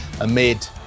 amid